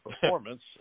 performance